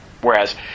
Whereas